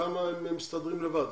שם הם מסתדרים לבד,